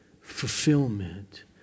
fulfillment